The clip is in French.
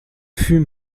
fut